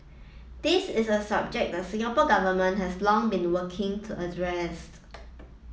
this is a subject the Singapore Government has long been working to addressed